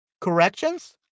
corrections